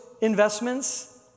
investments